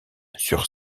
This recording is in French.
sur